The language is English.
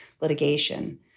litigation